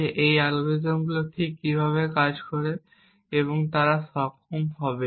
যে এই অ্যালগরিদমগুলি ঠিক কীভাবে কাজ করবে এবং তারা সক্ষম হবে